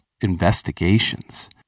investigations